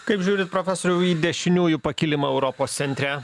kaip žiūrit profesoriau į dešiniųjų pakilimą europos centre